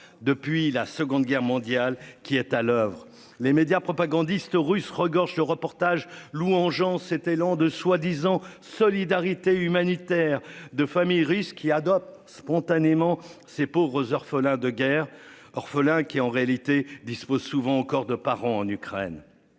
depuis la Seconde Guerre mondiale qui est à l'oeuvre les médias propagandistes russes regorge le reportage louanges en c'était l'an deux soi-disant solidarité humanitaire de famille risque qui adopte spontanément ces pauvres orphelin de guerre orphelin qui en réalité disposent souvent encore de parents en Ukraine.